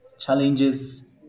Challenges